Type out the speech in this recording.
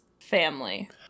family